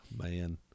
man